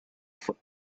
for